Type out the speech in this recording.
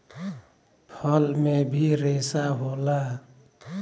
फल में भी रेसा होला